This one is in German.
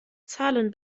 zahlen